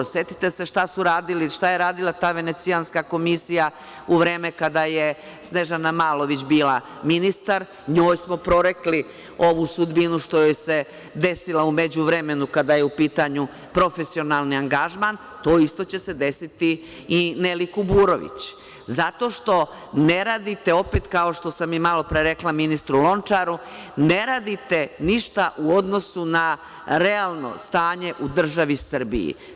Setite se šta su radili, šta je radila ta Venecijanska komisija u vreme kada je Snežana Malović bila ministar, njoj smo prorekli ovu sudbinu što joj se desila u međuvremenu kada je u pitanju profesionalni angažman, to isto će se desiti i Neli Kuburović, zato što ne radite opet, kao što sam i malopre rekla, ministru Lončaru, ne radite ništa u odnosu na realno stanje u državi Srbiji.